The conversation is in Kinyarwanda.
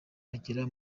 agera